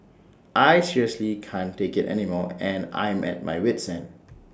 I seriously can't take IT anymore and I'm at my wit's end